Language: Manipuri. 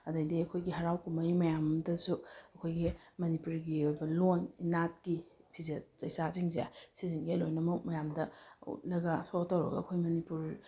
ꯑꯗꯩꯗꯤ ꯑꯩꯈꯣꯏꯒꯤ ꯍꯔꯥꯎ ꯀꯨꯝꯍꯩ ꯃꯌꯥꯝ ꯑꯃꯗꯁꯨ ꯑꯩꯈꯣꯏꯒꯤ ꯃꯅꯤꯄꯨꯔꯤꯒꯤ ꯑꯣꯏꯕ ꯂꯣꯟ ꯏꯅꯥꯠꯀꯤ ꯐꯤꯖꯦꯠ ꯆꯥꯛꯆꯥꯖꯤꯡꯁꯦ ꯁꯤꯁꯤꯡꯁꯦ ꯂꯣꯏꯅꯃꯛ ꯃꯌꯥꯝꯗ ꯎꯠꯂꯒ ꯁꯣ ꯇꯧꯔꯒ ꯑꯩꯈꯣꯏ ꯃꯅꯤꯄꯨꯔ